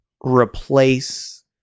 replace